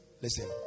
listen